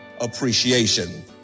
appreciation